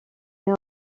know